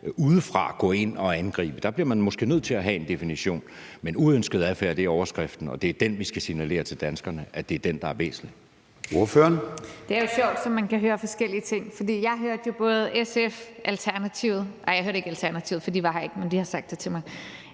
udefra skal gå ind og angribe, og der bliver man måske nødt til at have en definition. Men uønsket adfærd er overskriften, og det er den, vi skal signalere til danskerne er væsentlig.